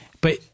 but-